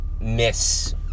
miss